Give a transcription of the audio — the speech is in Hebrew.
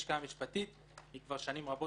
בלשכה המשפטית המחלקה כבר שנים רבות